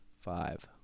five